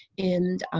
and,